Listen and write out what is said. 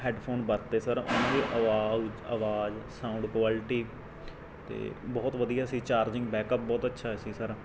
headphone ਵਰਤੇ sir ਉਹਨਾਂ ਦੀ ਅਵਾਜ਼ ਅਵਾਜ਼ ਸਾਊਂਡ ਕੁਆਲਟੀ ਤਾਂ ਬਹੁਤ ਵਧੀਆ ਸੀ ਚਾਰਜਿੰਗ ਬੈਕਅਪ ਬਹੁਤ ਅੱਛਾ ਸੀ ਸਰ